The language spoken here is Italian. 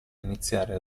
iniziare